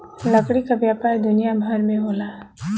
लकड़ी क व्यापार दुनिया भर में होला